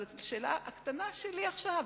השאלה הקטנה שלי עכשיו,